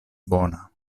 bona